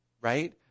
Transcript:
Right